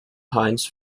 pines